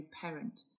parent